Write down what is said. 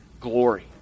glory